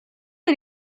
همه